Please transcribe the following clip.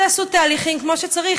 תעשו תהליכים כמו שצריך.